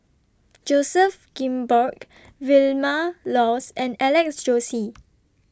Joseph Grimberg Vilma Laus and Alex Josey